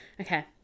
Okay